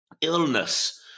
illness